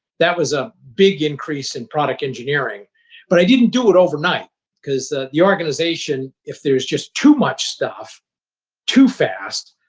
that was a big increase in product engineering but i didn't do it overnight because the yeah organization, if there is just too much stuff too fast,